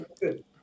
Good